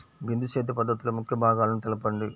బిందు సేద్య పద్ధతిలో ముఖ్య భాగాలను తెలుపండి?